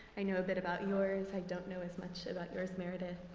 i know a bit about yours. i don't know as much about yours, meredith.